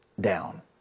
down